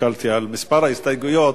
הסתכלתי על מספר ההסתייגויות,